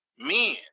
men